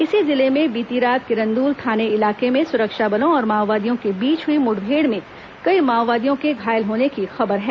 इसी जिले में बीती रात किरंदुल थाने इलाके में सुरक्षा बलों और माओवादियों के बीच हई मुठभेड़ में कई माओवादियों के घायल होने की खबर है